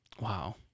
Wow